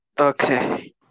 Okay